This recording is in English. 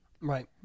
Right